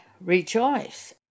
rejoice